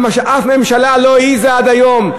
מה שאף ממשלה לא העזה עד היום.